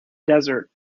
desert